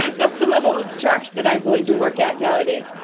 that's the level of abstraction that i'm willing to work at nowadays.